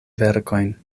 verkojn